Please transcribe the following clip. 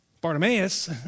Bartimaeus